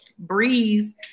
breeze